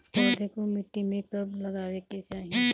पौधे को मिट्टी में कब लगावे के चाही?